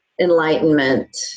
enlightenment